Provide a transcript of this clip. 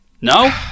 No